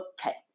Okay